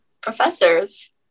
Professors